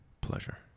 pleasure